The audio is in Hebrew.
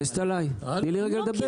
תני לי רגע לדבר.